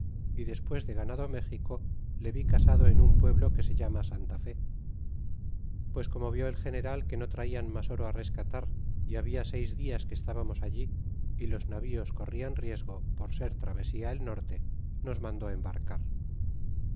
y despues de ganado méxico le vi casado en un pueblo que se llama santa fe pues como vi el general que no traían mas oro rescatar é habla seis dias que estabamos allí y los navíos corrían riesgo por ser travesía el norte nos mandó embarcar